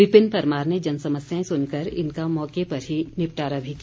विपिन परमार ने जन समस्याएं सुनकर इनका मौके पर ही निपटारा भी किया